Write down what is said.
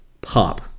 pop